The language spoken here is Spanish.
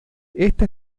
esta